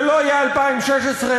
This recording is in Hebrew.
זה לא יהיה 2016,